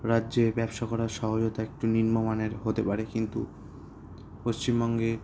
রাজ্যে ব্যবসা করার সহজতা একটু নিম্ন মানের হতে পারে কিন্তু পশ্চিমবঙ্গে